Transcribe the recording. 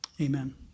Amen